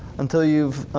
until you've